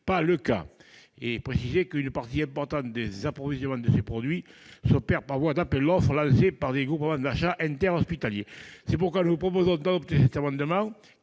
pas le cas. Je précise qu'une partie importante de l'approvisionnement de ces produits s'opère par voie d'appel d'offres, lancé par des groupements d'achats interhospitaliers. C'est pourquoi nous vous proposons d'adopter cet amendement